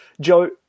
Joe